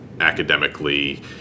academically